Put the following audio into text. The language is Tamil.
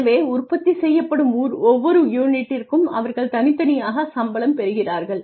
எனவே உற்பத்தி செய்யப்படும் ஒவ்வொரு யூனிட்டிற்கும் அவர்கள் தனித்தனியாகச் சம்பளம் பெறுகிறார்கள்